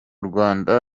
rwanda